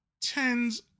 tens